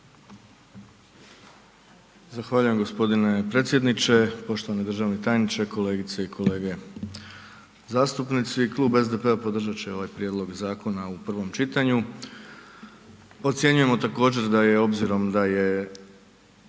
Zahvaljujem, g. predsjedniče, poštovani državni tajniče, kolegice i kolege zastupnici. Klub SDP-a podržat će ovaj prijedlog zakona u prvom čitanju, ocjenjujemo također da je obzirom da je